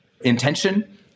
intention